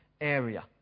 area